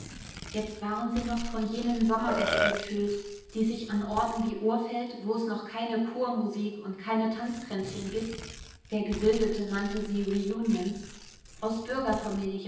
jetzt waren sie noch von jenen sommergästen gefüllt die sich an orten wie urfeld wo es noch keine kurmusik und keine tanzkränzchen gibt der gebildete nannte sie reunions aus